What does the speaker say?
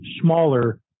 smaller